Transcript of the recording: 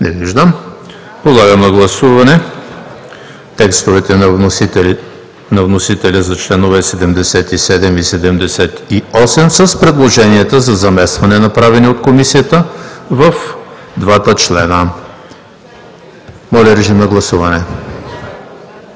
Не виждам. Подлагам на гласуване текстовете на вносителя за членове 77 и 78 с предложенията за заместване, направени от Комисията в двата члена. Гласували